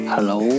Hello